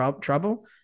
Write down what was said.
trouble